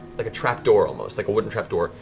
like trapdoor, almost, like a wooden trapdoor.